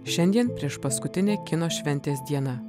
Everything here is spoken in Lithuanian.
šiandien priešpaskutinė kino šventės diena